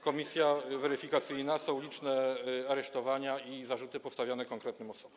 komisja weryfikacyjna, są liczne aresztowania i zarzuty postawione konkretnym osobom.